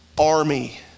army